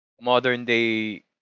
modern-day